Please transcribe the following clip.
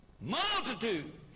Multitudes